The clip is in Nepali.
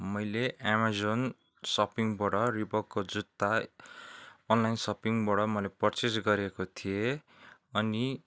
मैले एमाजोन सपिङबाट रिबकको जुत्ता अनलाइन सपिङबाट मैले पर्चेस गरेको थिएँ अनि